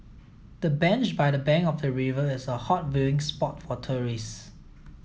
the bench by the bank of the river is a hot viewing spot for tourists